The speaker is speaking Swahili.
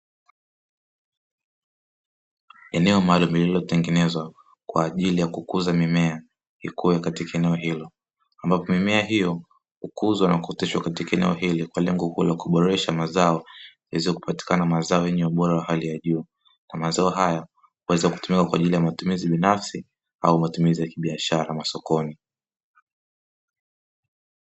Eneo maalumu, lililo tengenezwa kwa ajili ya kukuza mimea ikue katika eneo hilo, ambapo mimea hiyo hukuzwa na kuoteshwa katika eneo hili, kwa lengo kuu la kuboresha mazao, yaweze kupatikana mazao yenye ubora wa hali ya juu kwa mazao haya kuweza kutumika kwa ajili ya matumizi binafsi au matumizi ya kibiashara masokoni.